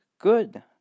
Good